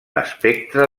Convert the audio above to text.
espectre